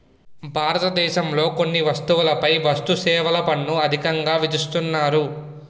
భారతదేశంలో కొన్ని వస్తువులపై వస్తుసేవల పన్ను అధికంగా విధిస్తున్నారు